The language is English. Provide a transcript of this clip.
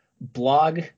blog